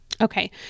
Okay